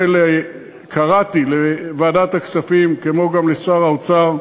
קראתי לוועדת הכספים, כמו גם לשר האוצר,